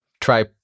try